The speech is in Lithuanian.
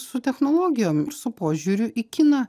su technologijom ir su požiūriu į kiną